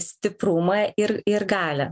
stiprumą ir ir galią